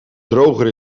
droger